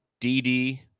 DD